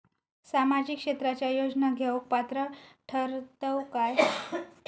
सामाजिक क्षेत्राच्या योजना घेवुक पात्र ठरतव काय?